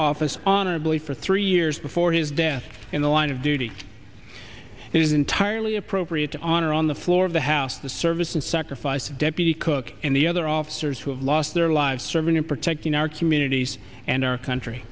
office honorably for three years before his death in the line of duty it is entirely appropriate to honor on the floor of the house the service and sacrifice deputy cooke and the other officers who have lost their lives serving in protecting our communities and our country